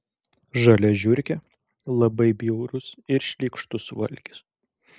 žalia žiurkė labai bjaurus ir šlykštus valgis